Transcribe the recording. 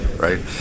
right